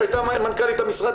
שהייתה מנכ"לית המשרד,